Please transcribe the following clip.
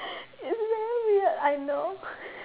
it's very weird I know